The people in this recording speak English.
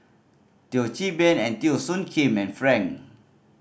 Teo Chee Hean and Teo Soon Kim and Frank